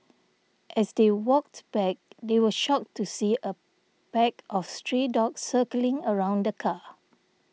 as they walked back they were shocked to see a pack of stray dogs circling around the car